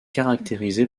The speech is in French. caractérisé